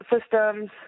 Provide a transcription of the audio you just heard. systems